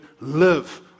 live